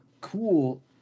cool